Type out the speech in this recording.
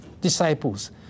disciples